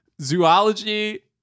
zoology